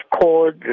called